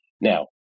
Now